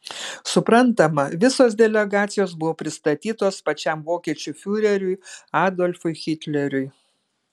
suprantama visos delegacijos buvo pristatytos pačiam vokiečių fiureriui adolfui hitleriui